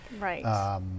right